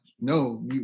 no